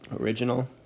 original